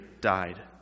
died